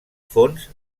fons